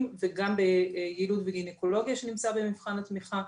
וגם ביילוד וגניקולוגיה שנמצא במבחן התמיכה,